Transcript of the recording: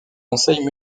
conseil